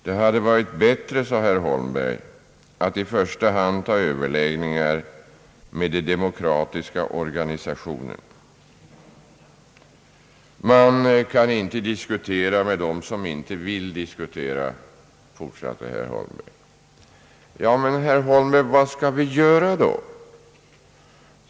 Det hade varit bättre, sade herr Holmberg, att i första hand ta överläggningar med de demokratiska organisationerna. Man kan inte diskutera med dem som inte vill diskutera, fortsatte herr Holmberg. Vad skall vi då göra, herr Holmberg?